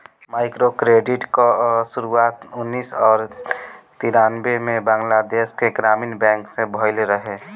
microcredit कअ शुरुआत उन्नीस और तिरानबे में बंगलादेश के ग्रामीण बैंक से भयल रहे